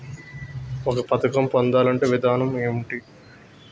ఒక పథకం పొందాలంటే విధానం ఏంటి?